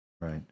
Right